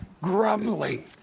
Grumbling